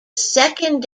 second